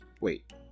...wait